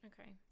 Okay